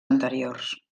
anteriors